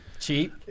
Cheap